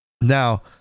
Now